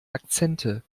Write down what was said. akzente